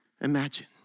imagine